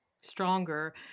Stronger